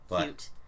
Cute